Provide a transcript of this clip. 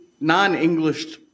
non-English